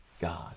God